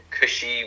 Cushy